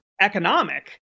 economic